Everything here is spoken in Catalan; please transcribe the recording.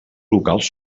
locals